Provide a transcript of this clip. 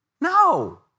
No